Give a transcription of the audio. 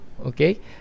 okay